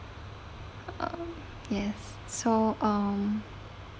uh yes so um